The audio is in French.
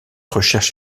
recherche